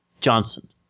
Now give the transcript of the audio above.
Johnson